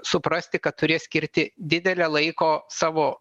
suprasti kad turės skirti didelę laiko savo